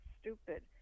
stupid